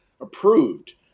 approved